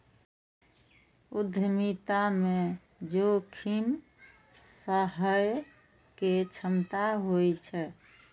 उद्यमिता मे जोखिम सहय के क्षमता होइ छै